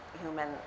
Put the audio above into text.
human